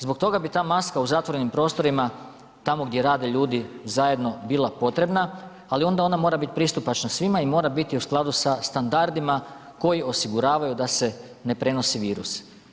Zbog toga bi ta maska u zatvorenim prostorima tamo gdje rade ljudi zajedno bila potrebna, ali onda ona mora bit pristupačna svima i mora biti u skladu sa standardima koji osiguravaju da se ne prenosi virus.